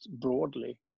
broadly